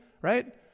Right